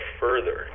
further